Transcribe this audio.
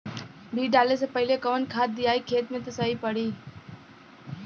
बीज डाले से पहिले कवन खाद्य दियायी खेत में त सही पड़ी?